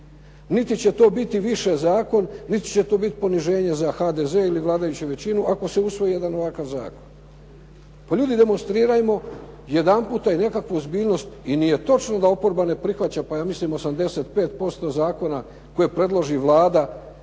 niti će to biti više zakon, niti će to biti poniženje za HDZ ili vladajuću većinu ako se usvoji jedan ovakav zakon. Pa ljudi demonstrirajmo jedanputa i nekakvu ozbiljnost i nije točno da oporba ne prihvaća. Pa ja mislim 85% zakona koje predloži Vlada